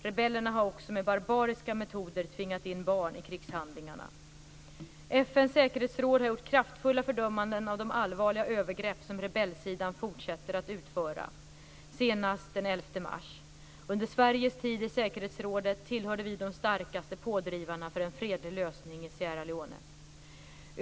Rebellerna har också med barbariska metoder tvingat in barn i krigshandlingarna. FN:s säkerhetsråd har gjort kraftfulla fördömanden av de allvarliga övergrepp som rebellsidan fortsätter att utföra, senast den 11 mars. Under Sveriges tid i säkerhetsrådet tillhörde vi de starkaste pådrivarna för en fredlig lösning i Sierra Leone.